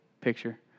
picture